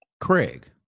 craig